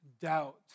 Doubt